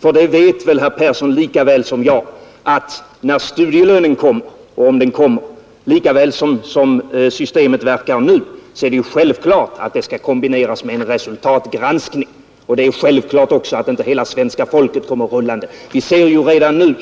För det vet väl herr Persson lika väl som jag att när studielönesystemet kommer — om det gör det — är det lika självklart som i det system som verkar nu att det skall kombineras med en resultatgranskning. Och det är också självklart att inte hela svenska folket kommer rullande. Vi ser ju redan nu